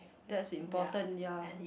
that's important ya